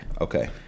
Okay